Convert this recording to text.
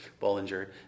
Bollinger